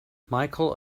michael